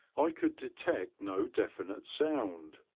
i could detect no definite sound,